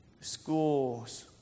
schools